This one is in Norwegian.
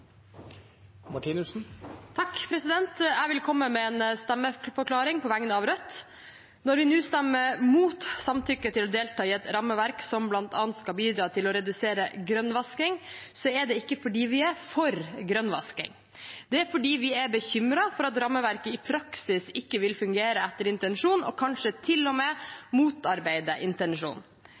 vil komme med en stemmeforklaring på vegne av Rødt. Når vi nå stemmer imot samtykke til å delta i et rammeverk som bl.a. skal bidra til å redusere grønnvasking, er det ikke fordi vi er for grønnvasking, det er fordi vi er bekymret for at rammeverket i praksis ikke vil fungere etter intensjonen, og kanskje til og med motarbeide